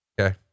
Okay